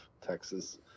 Texas